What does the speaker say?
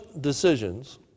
decisions